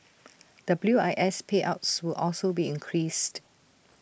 W I S payouts will also be increased